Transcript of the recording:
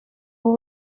ubu